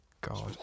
God